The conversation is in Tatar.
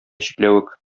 чикләвек